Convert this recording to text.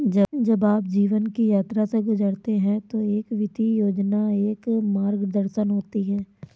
जब आप जीवन की यात्रा से गुजरते हैं तो एक वित्तीय योजना एक मार्गदर्शन होती है